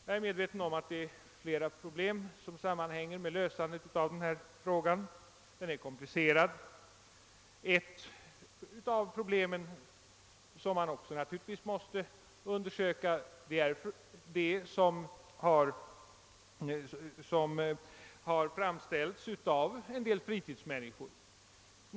Jag är medveten om att flera problem sammanhänger med lösandet av denna fråga. Den är komplicerad. Ett problem — som naturligtvis också måste undersökas — har framställts av en del fritidsmänniskor.